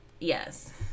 Yes